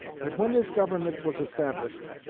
that when this government was established,